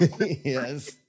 Yes